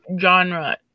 genre